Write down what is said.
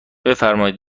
بفرمایید